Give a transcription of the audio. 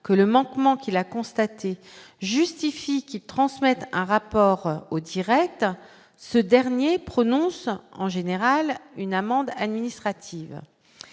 que le manquement qu'il a constaté justifie qu'qui transmettent un rapport au Direct ce dernier prononce en général une amende administrative